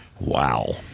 Wow